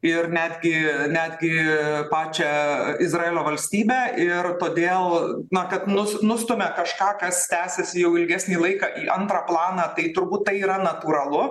ir netgi netgi pačią izraelio valstybę ir todėl na kad nus nustumia kažką kas tęsiasi jau ilgesnį laiką į antrą planą tai turbūt tai yra natūralu